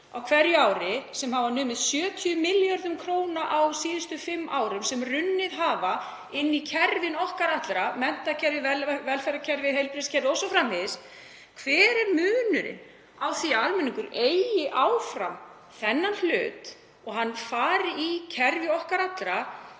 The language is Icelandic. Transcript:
á hverju ári — sem hafa numið 70 milljörðum kr. á síðustu fimm árum og hafa runnið inn í kerfin okkar allra; menntakerfið, velferðarkerfið, heilbrigðiskerfið o.s.frv. — hver er munurinn á því að almenningur eigi áfram þennan hlut og hann fari í kerfi okkar allra